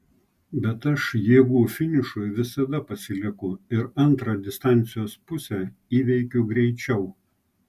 bet aš jėgų finišui visada pasilieku ir antrą distancijos pusę įveikiu greičiau